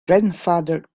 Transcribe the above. grandfather